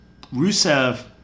Rusev